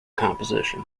composition